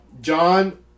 John